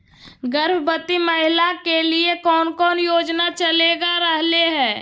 गर्भवती महिला के लिए कौन कौन योजना चलेगा रहले है?